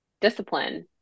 Discipline